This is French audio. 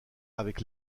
avec